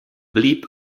blieb